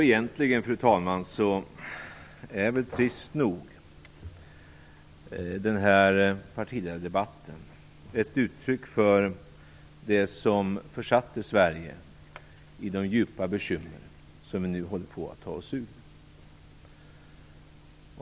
Egentligen, fru talman, är väl den här partiledardebatten trist nog ett uttryck för det som försatte Sverige i de djupa bekymmer som vi nu håller på att ta oss ur.